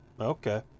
Okay